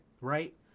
right